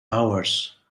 hours